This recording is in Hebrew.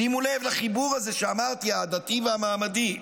שימו לב לחיבור הזה שאמרתי, העדתי והמעמדי: